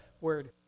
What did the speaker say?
word